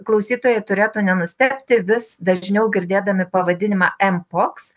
klausytojai turėtų nenustebti vis dažniau girdėdami pavadinimą em poks